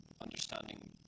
understanding